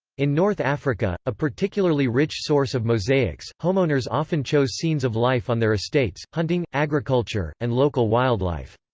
in north africa, a particularly rich source of mosaics, homeowners often chose scenes of life on their estates, hunting, agriculture, and local wildlife.